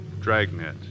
Dragnet